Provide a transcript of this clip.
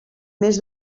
més